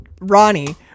Ronnie